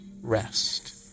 rest